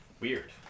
weird